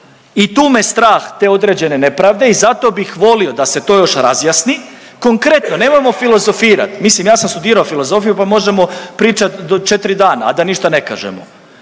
i tu me strah te određene nepravde i zato bih volio da se to još razjasni. Konkretno, nemojmo filozofirat, mislim ja sam studirao filozofiju, pa možemo pričat do 4 dana, a da ništa ne kažemo,